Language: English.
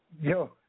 Yo